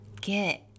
get